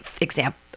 example